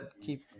keep